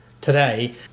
today